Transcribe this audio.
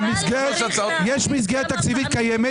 יש מסגרת תקציבית קיימת,